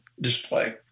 display